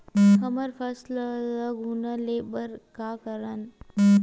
हमर फसल ल घुना ले बर का करन?